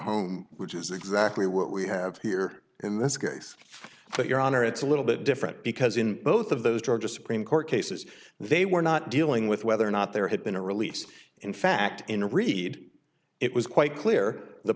home which is exactly what we have here in this case for your honor it's a little bit different because in both of those georgia supreme court cases they were not dealing with whether or not there had been a release in fact in a read it was quite clear the